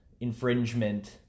infringement